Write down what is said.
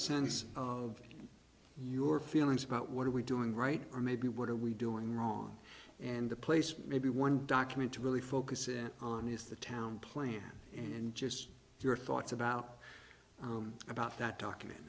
sense of your feelings about what are we doing right or maybe what are we doing wrong and the place maybe one document to really focus in on is the town plan and just your thoughts about about that document